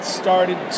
started